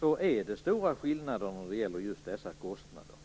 kan se att det är stora skillnader när det gäller just dessa kostnader.